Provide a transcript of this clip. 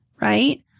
right